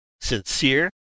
sincere